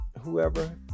whoever